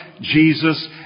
Jesus